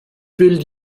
will